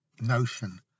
notion